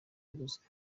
y’ubuzima